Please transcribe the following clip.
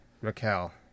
Raquel